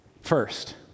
First